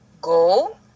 go